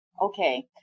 Okay